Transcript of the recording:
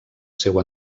seu